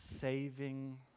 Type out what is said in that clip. saving